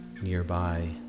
Nearby